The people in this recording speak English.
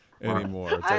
Anymore